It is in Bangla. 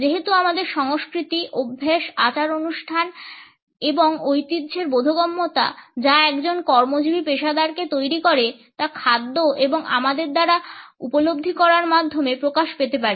যেহেতু আমাদের সংস্কৃতি অভ্যাস আচার অনুষ্ঠান এবং ঐতিহ্যের বোধগম্যতা যা একজন কর্মজীবী পেশাদারকে তৈরি করে তা খাদ্য এবং আমাদের দ্বারা উপলব্ধি করার মাধ্যমে প্রকাশ পেতে পারে